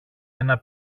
ένα